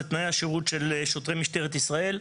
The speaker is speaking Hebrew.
תנאי השירות של שוטרי משטרת ישראל,